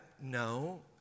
No